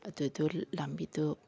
ꯑꯗꯨꯗꯨ ꯂꯝꯕꯤꯗꯨ